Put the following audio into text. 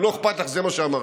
אם לא אכפת לך, זה מה שאמרתי.